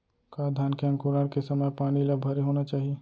का धान के अंकुरण के समय पानी ल भरे होना चाही?